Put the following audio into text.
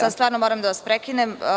Sada stvarno moram da vas prekinem.